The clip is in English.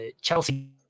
Chelsea